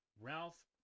Ralph